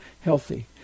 healthy